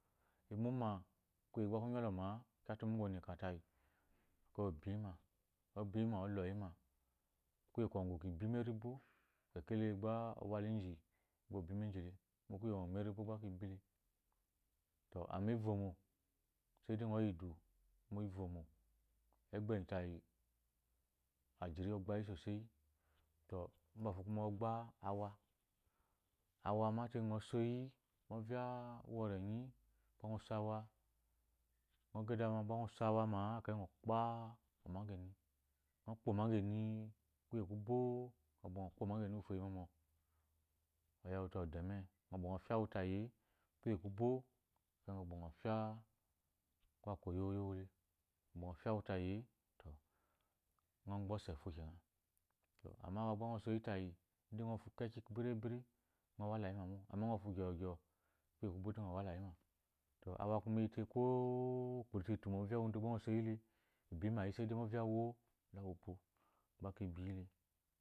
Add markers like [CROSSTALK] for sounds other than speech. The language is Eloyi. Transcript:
[UNINTELLIGIBLE] kuye gba ku kyɔloma kgwu oneka tayi ekeyi obi yi ma obi yi ma ɔloyima kye kungu ki ba mu eri bo kekele gba oysa la iji gba obi miji le mo mu eribo gba ki be le to amma c vgɔmo saidia mgɔ yi idu mo ivyɔmo egba enyi tayi tayi ajiri ogba yi. kengo tete to bafo kuma ogba awa awa mate ngɔ spyi ovya uwurenyi ekeyi ngɔ so awa ngɔ sai dama gba ngɔ so awa ma ekeyi ngɔ gba omageni ngɔ gba omageni kuye ku bo ngɔ gba kpa omageni uwu fo eyi mɔmɔ oya wu te odeme ngɔ bwo ngɔ fya wu tyi e kuye kubo ekayi ngɔ gba ngɔ fya to ngɔ gbe ose fo kena awa gba ngɔ oso yi tayi gba ngɔ fu bire bere ngɔ wala yi mo amma gba ngɔ fu gyɔ gyɔ kuye kubo de ngɔ walayi ma to awa bi yi te ko ukpori to etumo mu ovya uwoddo gba ngɔ so yile ibi ma sai ovya uwu uwo la wopyo